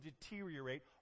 deteriorate